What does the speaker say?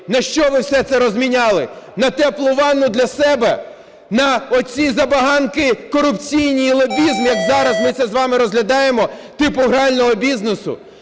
На що ви все це розміняли? На теплу ванну для себе, на ці забаганки корупційні і лобізм, як зараз ми це з вами розглядаємо, типу грального бізнесу.